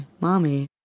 mommy